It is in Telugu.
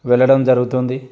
వెళ్ళడం జరుగుతుంది